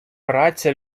праця